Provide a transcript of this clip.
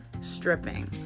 stripping